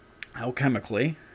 alchemically